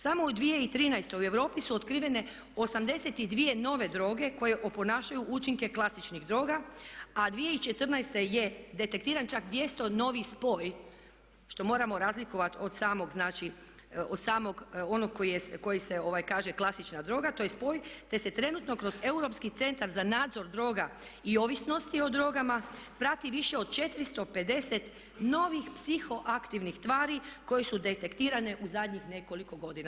Samo u 2013. u Europi su otkrivene 83 nove droge koje oponašaju učinke klasičnih droga a 2014. je detektiran čak 200 novi spoj, što moramo razlikovati od samog znači, od samog onog koji se kaže klasična droga, to je spoj, te se trenutno kroz Europski centar za nadzor droga i ovisnosti o drogama prati više od 450 novih psihoaktivnih tvari koje su detektirane u zadnjih nekoliko godina.